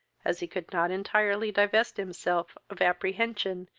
as he could not entirely divest himself of apprehension,